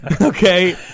Okay